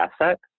asset